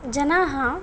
जनाः